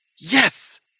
Yes